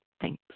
Thanks